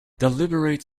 deliberate